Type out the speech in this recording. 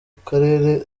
karere